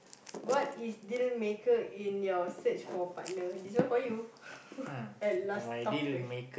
what is deal maker in your search for partner this one for you at last tough question